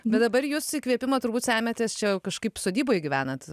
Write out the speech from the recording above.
bet dabar jūs įkvėpimo turbūt semiatės čia kažkaip sodyboj gyvenat